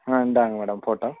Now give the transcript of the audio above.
ஆ இந்தாங்க madam photo